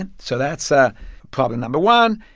and so that's ah problem no. but one.